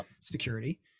security